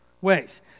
ways